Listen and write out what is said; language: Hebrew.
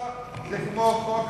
זה כמו חוק,